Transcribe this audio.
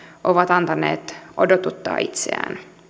ovat antaneet odotuttaa itseään